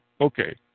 okay